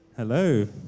Hello